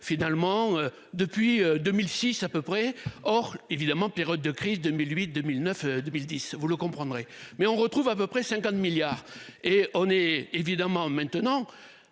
finalement depuis 2006 à peu près hors évidemment, période de crise. 2008 2009 2010. Vous le comprendrez mais on retrouve à peu près 50 milliards et on est évidemment maintenant